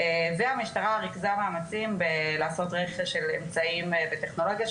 המשטרה ריכזה מאמצים בלעשות רכש של אמצעים וטכנולוגיה,